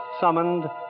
summoned